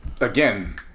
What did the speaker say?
again